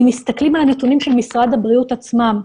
אם מסתכלים על הנתונים של משרד הבריאות עצמם,